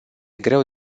greu